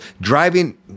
driving